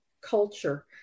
culture